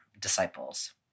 disciples